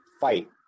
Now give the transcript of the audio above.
fight